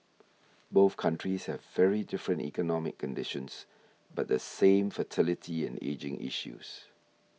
both countries have very different economic conditions but the same fertility and ageing issues